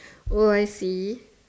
oh I see